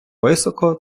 високо